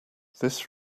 this